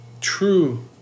true